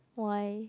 why